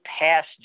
past